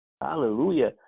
Hallelujah